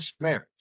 marriage